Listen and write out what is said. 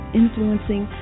influencing